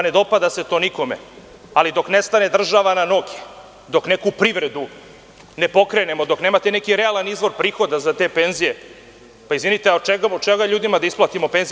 Ne dopada se to nikome, ali dok ne stane država na noge, dok neku privredu ne pokrenemo, dok nemate neki realan izvor prihoda za te penzije, izvinite, od čega ljudima da isplatimo penzije?